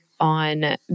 on